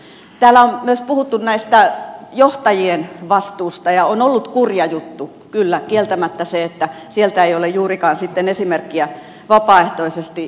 täällä on myös puhuttu tästä johtajien vastuusta ja on ollut kurja juttu kyllä kieltämättä se että sieltä ei ole juurikaan sitten esimerkkiä vapaaehtoisesti löytynyt